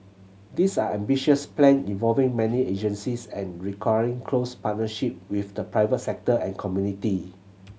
these are ambitious plans involving many agencies and requiring close partnership with the private sector and community